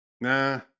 Nah